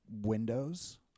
windows